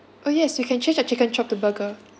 oh yes you can change your chicken chop to burger